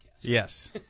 Yes